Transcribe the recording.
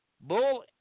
Bull